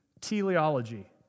teleology